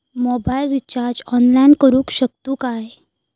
Mobile recharge online करुक शकतू काय?